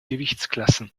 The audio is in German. gewichtsklassen